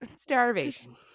Starvation